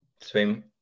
swim